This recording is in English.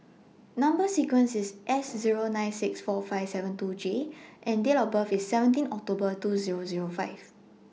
Number sequence IS S Zero nine six four five seven two J and Date of birth IS seventeen October two Zero Zero five